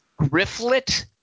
Grifflet